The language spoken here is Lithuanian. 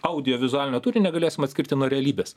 audiovizualinio turinio negalėsim atskirti nuo realybės